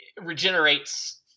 regenerates